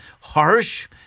harsh